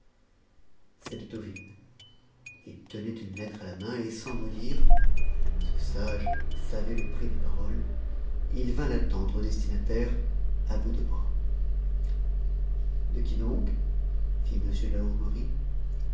ovide il tenait une lettre à la main et sans mot dire ce sage savait le prix des paroles il vint la tendre au destinataire à bout de bras de qui donc fit